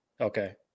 okay